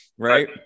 right